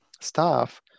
staff